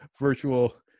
virtual